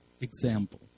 example